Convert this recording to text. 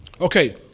Okay